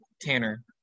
Tanner